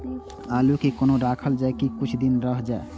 आलू के कोना राखल जाय की कुछ दिन रह जाय?